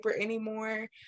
anymore